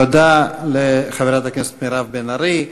תודה לחברת הכנסת מירב בן ארי.